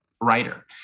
writer